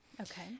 Okay